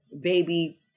baby